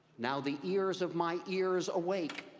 now, the ears of my ears awake,